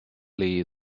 lee